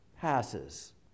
passes